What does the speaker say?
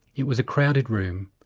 it was a crowded room,